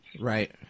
Right